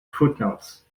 footnotes